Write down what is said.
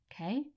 Okay